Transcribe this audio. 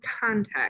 context